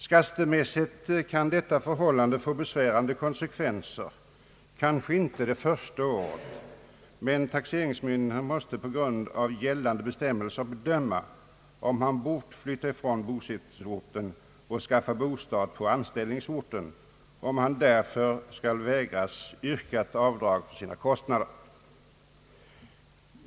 Skattemässigt kan detta förhållande få besvärande konsekvenser, kanske inte under det första året, men taxeringsmyndigheterna måste på grund av gällande bestämmelser bedöma om han bort flytta från bosättningsorten och skaffat sig bostad på anställningsorten och om han därför skall vägras yrkat avdrag för sina kostnader.